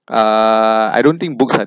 uh I don't think both side